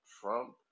Trump